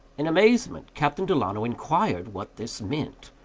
in amazement, captain delano inquired what this meant.